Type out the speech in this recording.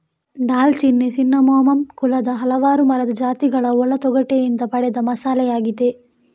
ದಾಲ್ಚಿನ್ನಿ ಸಿನ್ನಮೋಮಮ್ ಕುಲದ ಹಲವಾರು ಮರದ ಜಾತಿಗಳ ಒಳ ತೊಗಟೆಯಿಂದ ಪಡೆದ ಮಸಾಲೆಯಾಗಿದೆ